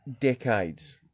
decades